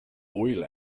oil